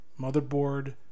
motherboard